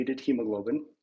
hemoglobin